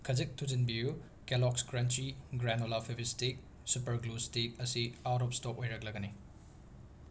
ꯈꯖꯤꯛ ꯊꯨꯖꯤꯟꯕꯤꯌꯨ Kellogg's crunchy granola Fevistik super glue stick ꯑꯁꯤ ꯑꯥꯎꯠ ꯑꯣꯐ ꯁ꯭ꯇꯣꯛ ꯑꯣꯏꯔꯛꯂꯒꯅꯤ